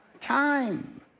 time